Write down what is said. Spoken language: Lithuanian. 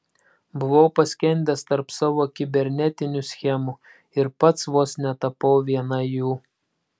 buvau paskendęs tarp savo kibernetinių schemų ir pats vos netapau viena jų